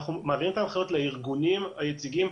אנחנו מעבירים את ההנחיות לארגונים היציגים,